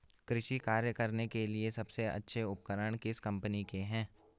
कृषि कार्य करने के लिए सबसे अच्छे उपकरण किस कंपनी के हैं?